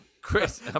Chris